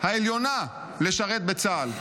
העליונה לשרת בצה"ל.